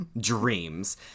Dreams